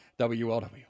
WLW